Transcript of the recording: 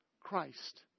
christ